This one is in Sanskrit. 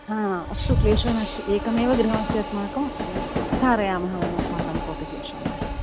हा अस्तु क्लेशो नास्ति एकमेव गृहमस्ति अस्माकं कारयामः वयम् अस्माकं कोऽपि क्लेशो नास्ति